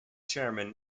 chairman